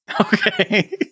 Okay